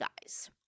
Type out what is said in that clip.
guys